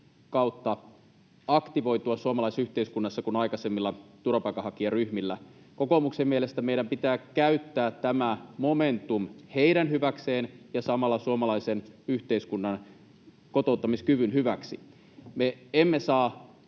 kautta aktivoitua suomalaisessa yhteiskunnassa kuin aikaisemmilla turvapaikanhakijaryhmillä. Kokoomuksen mielestä meidän pitää käyttää tämä momentum heidän hyväkseen ja samalla suomalaisen yhteiskunnan kotouttamiskyvyn hyväksi. Me emme saa